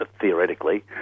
Theoretically